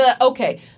Okay